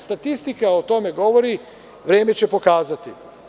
Statistika o tome govori, vreme će pokazati.